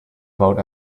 boat